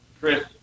Chris